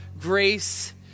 grace